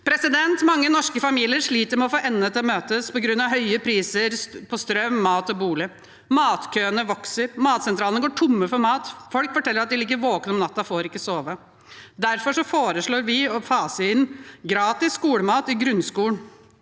Mange norske familier sliter med å få endene til å møtes på grunn av høye priser på strøm, mat og bolig. Matkøene vokser, matsentralene går tomme for mat, folk forteller at de ligger våkne om natta og ikke får sove. Derfor foreslår vi å fase inn gratis skolemat i grunnskolen.